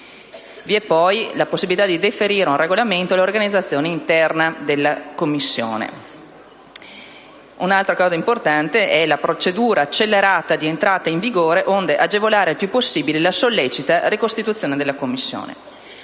quindi la possibilità di deferire ad un regolamento l'organizzazione interna della Commissione. Altro aspetto importante è la procedura accelerata di entrata in vigore, onde agevolare il più possibile la sollecita ricostituzione della Commissione.